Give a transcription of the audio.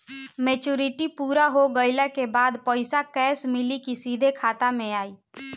Maturity पूरा हो गइला के बाद पईसा कैश मिली की सीधे खाता में आई?